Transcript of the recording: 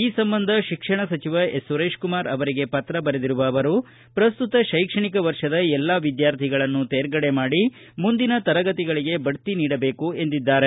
ಈ ಸಂಬಂಧ ಶಿಕ್ಷಣ ಸಚಿವ ಎಸ್ ಸುರೇಶ್ಕುಮಾರ್ ಅವರಿಗೆ ಪತ್ರ ಬರೆದಿರುವ ಅವರು ಪ್ರಸ್ತುತ ಶೈಕ್ಷಣಿಕ ವರ್ಷದ ಎಲ್ಲಾ ವಿದ್ಯಾರ್ಥಿಗಳನ್ನು ತೇರ್ಗಡೆ ಮಾಡಿ ಮುಂದಿನ ತರಗತಿಗಳಿಗೆ ಬಡ್ತಿ ನೀಡಬೇಕು ಎಂದಿದ್ದಾರೆ